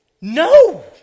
No